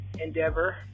endeavor